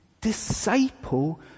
disciple